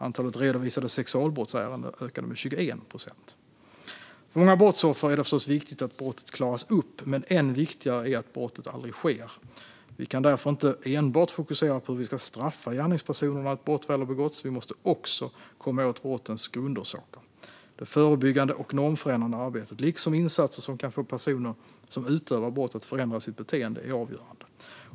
Antalet redovisade sexualbrottsärenden ökade med 21 procent. För många brottsoffer är det förstås viktigt att brottet klaras upp, men än viktigare är att brottet aldrig sker. Vi kan därför inte enbart fokusera på hur vi ska straffa gärningspersonerna när ett brott väl har begåtts. Vi måste också komma åt brottens grundorsaker. Det förebyggande och normförändrande arbetet, liksom insatser som kan få personer som begår brott att förändra sitt beteende, är avgörande.